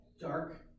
Dark